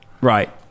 Right